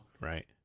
right